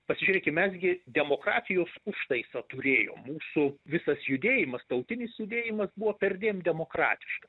pasižiūrėkim mes gi demokratijos užtaisą turėjom mūsų visas judėjimas tautinis judėjimas buvo perdėm demokratiškas